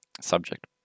subject